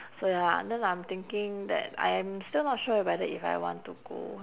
so ya and then I'm thinking that I am still not sure whether if I want to go